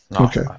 Okay